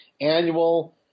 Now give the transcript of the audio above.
annual